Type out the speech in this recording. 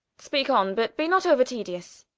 speake on, but be not ouer-tedious